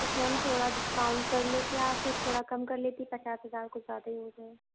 یس ma'am تھوڑا discount کر لیتیں آپ تھوڑا کم کر لیتی پچاس ہزار کچھ زیادہ ہی ہو جائے